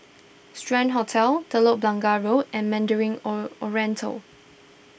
Strand Hotel Telok Blangah Road and Mandarin O Oriental